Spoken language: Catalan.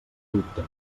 dubte